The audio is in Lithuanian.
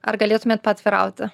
ar galėtumėte paatvirauti